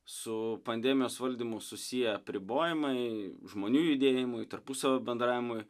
su pandemijos valdymu susiję apribojimai žmonių judėjimui tarpusavio bendravimui